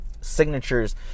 signatures